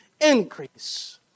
increase